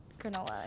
granola